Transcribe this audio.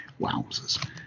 wowzers